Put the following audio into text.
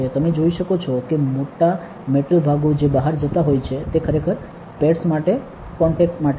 તમે જોઈ શકો છો કે મોટા મેટલ ભાગો જે બહાર જતા હોય છે તે ખરેખર પેડ્સ માટે કોંટેક્ટ માટે છે